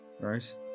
Right